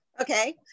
Okay